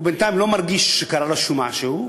הוא בינתיים לא מרגיש שקרה לו משהו,